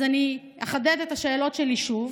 אז אחדד את השאלות שלי שוב.